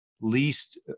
least